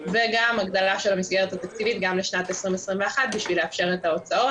וגם הגדלה של המסגרת התקציבית גם לשנת 2021 בשביל לאפשר את ההוצאות.